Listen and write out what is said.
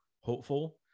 hopeful